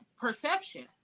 perception